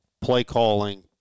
play-calling